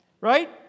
right